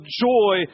joy